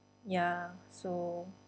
ya so